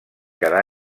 cada